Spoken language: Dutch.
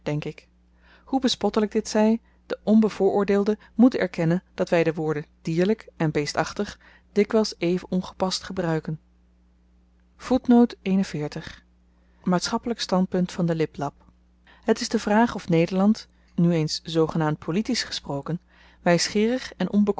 ik hoe bespottelyk dit zy de onbevooroordeelde moet erkennen dat wy de woorden dierlyk en beestachtig dikwyls even ongepast gebruiken maatschappelyk standpunt van den liplap het is de vraag of nederland nu eens zoogenaamd politisch gesproken wysgeerig en